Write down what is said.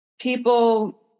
people